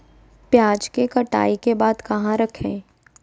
प्याज के कटाई के बाद कहा रखें?